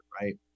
right